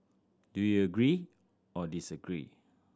do you agree or disagree